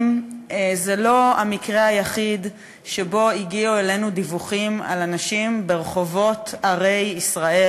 זה לא המקרה היחיד שהגיעו אלינו דיווחים על אנשים ברחובות ערי ישראל,